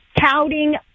touting